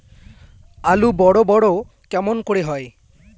আলু বড় বড় কেমন করে হয়?